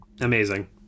amazing